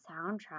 soundtrack